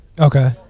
okay